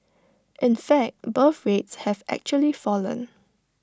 in fact birth rates have actually fallen